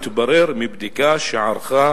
מתברר מבדיקה שערכה